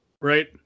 Right